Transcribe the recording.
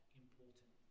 important